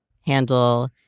handle